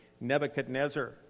Nebuchadnezzar